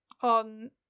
on